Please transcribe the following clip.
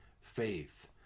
faith